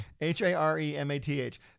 h-a-r-e-m-a-t-h